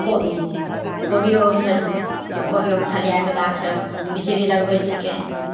कोबी कोबियो भेल तऽ कोबियोके थलियाके गाछ बिचड़ी लगबैत छिकै